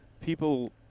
people